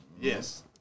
Yes